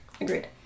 Agreed